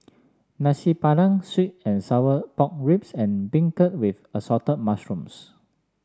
Nasi Padang sweet and Sour Pork Ribs and beancurd with Assorted Mushrooms